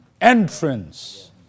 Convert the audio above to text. entrance